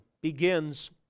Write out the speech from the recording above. begins